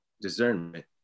discernment